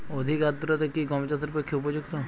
অধিক আর্দ্রতা কি গম চাষের পক্ষে উপযুক্ত?